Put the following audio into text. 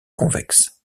convexe